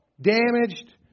damaged